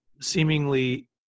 seemingly